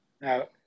Now